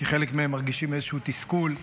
כי חלק מהם מרגישים איזשהו תסכול,